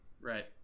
right